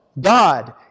God